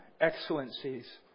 excellencies